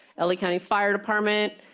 like county fire department,